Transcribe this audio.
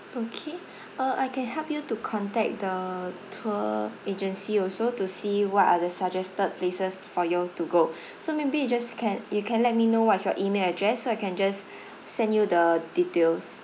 okay uh I can help you to contact the tour agency also to see what are the suggested places for you all to go so maybe you just can you can let me know what's your email address so I can just send you the details